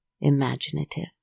imaginative